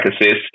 assist